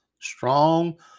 Strong